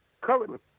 Currently